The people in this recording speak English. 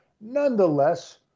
Nonetheless